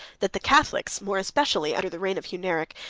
that the catholics more especially under the reign of hunneric,